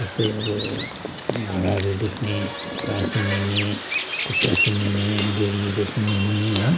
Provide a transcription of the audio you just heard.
जस्तै अब घुँडाहरू दुख्ने घुँडा सुन्निने खुट्टा सुन्निने गेँडीहरू सुन्निने हो